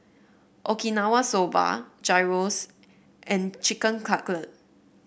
Okinawa Soba Gyros and Chicken